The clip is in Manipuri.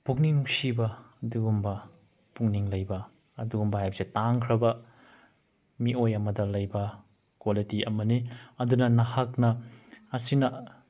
ꯄꯨꯛꯅꯤꯡ ꯅꯨꯡꯁꯤꯕ ꯑꯗꯨꯒꯨꯝꯕ ꯄꯨꯛꯅꯤꯡ ꯂꯩꯕ ꯑꯗꯨꯒꯨꯝꯕ ꯍꯥꯏꯕꯁꯦ ꯇꯥꯡꯈ꯭ꯔꯕ ꯃꯤꯑꯣꯏ ꯑꯃꯗ ꯂꯩꯕ ꯀ꯭ꯋꯥꯂꯤꯇꯤ ꯑꯃꯅꯤ ꯑꯗꯨꯅ ꯅꯍꯥꯛꯅ ꯑꯁꯤꯅ